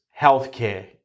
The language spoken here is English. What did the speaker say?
healthcare